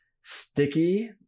Sticky